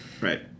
Right